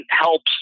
helps